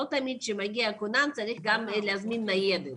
לא תמיד כשמגיע הכונן צריך גם להזמין ניידת,